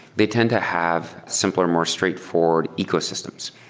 they tend to have simpler, more straightforward ecosystems.